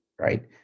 right